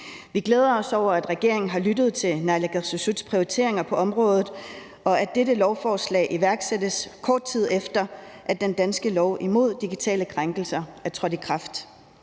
Vi glæder os over, at regeringen har lyttet til naalakkersuisuts prioriteringer på området, og at dette lovforslag iværksættes, kort tid efter at den danske lov imod digitale krænkelser er trådt i kraft.